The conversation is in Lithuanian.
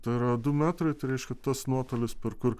tai yra du metrai tai reiškia tas nuotolis per kur